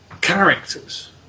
characters